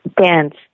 Dance